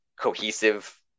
cohesive